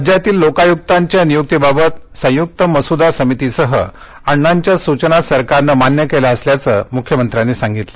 राज्यातील लोकायुक्तांच्या नियुक्तीबाबत संयुक्त मसुदा समीतीसह अण्णांच्या सूचना सरकारनं मान्य केल्या असल्याचं मुख्यमंत्र्यांनी सांगितलं